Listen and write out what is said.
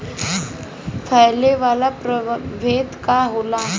फैले वाला प्रभेद का होला?